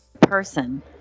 person